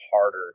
harder